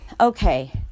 okay